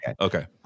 okay